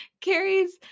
Carrie's